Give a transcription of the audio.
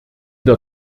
der